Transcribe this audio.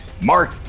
Mark